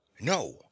No